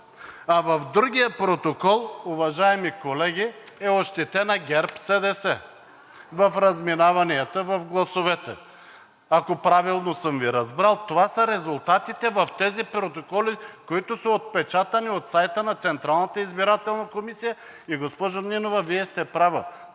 а в другия протокол, уважаеми колеги, е ощетена ГЕРБ-СДС в разминаванията в гласовете. Ако правилно съм Ви разбрал, това са резултатите в тези протоколи, които са отпечатани от сайта на Централната избирателна комисия. Госпожо Нинова, Вие сте права,